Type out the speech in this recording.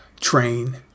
train